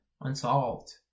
unsolved